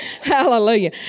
Hallelujah